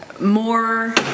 more